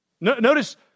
Notice